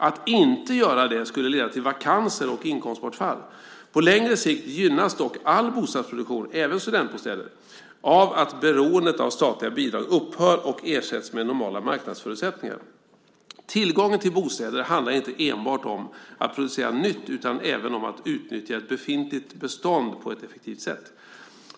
Att inte göra det skulle leda till vakanser och inkomstbortfall. På längre sikt gynnas dock all bostadsproduktion, även studentbostäder, av att beroendet av statliga bidrag upphör och ersätts med normala marknadsförutsättningar. Tillgången till bostäder handlar inte enbart om att producera nytt utan även om att utnyttja ett befintligt bestånd på ett effektivt sätt.